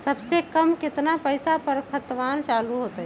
सबसे कम केतना पईसा पर खतवन चालु होई?